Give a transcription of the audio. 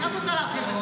אני רק רוצה להבהיר לך.